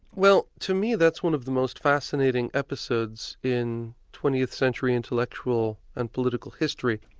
well to me that's one of the most fascinating episodes in twentieth century intellectual and political history,